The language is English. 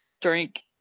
Drink